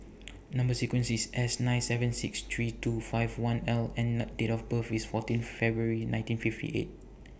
Number sequence IS S nine seven six three two five one L and Date of birth IS fourteen February nineteen fifty eight